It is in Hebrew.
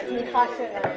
התשע"ט 2018,